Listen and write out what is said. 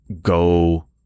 go